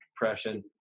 depression